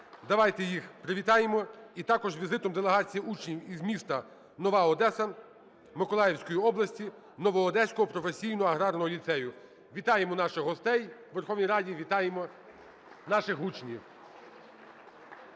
давайте їх привітаємо. І також з візитом делегація учнів із міста Нова Одеса Миколаївської області Новоодеського професійного аграрного ліцею. Вітаємо наших гостей у Верховній Раді, вітаємо наших учнів.